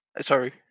Sorry